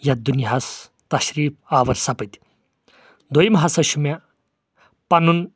یتھ دُنیاہس تشریف آوٕر سپٕدۍ دویِم ہسا چھُ مےٚ پنُن